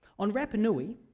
on rapa nui,